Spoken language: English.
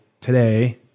today